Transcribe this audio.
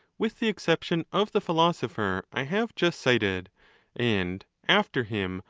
with the exception of the philo sopher i have just cited and, after him,